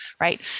right